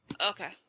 Okay